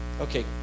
Okay